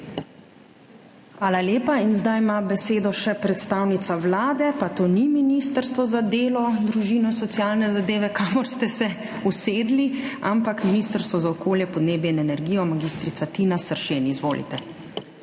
Hvala lepa. Zdaj ima besedo še predstavnica Vlade, pa to ni ministrstvo za delo, družino, socialne zadeve, kamor ste se usedli, ampak ministrstvo za okolje, podnebje in energijo, mag. Tina Sršen. Izvolite.